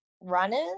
runners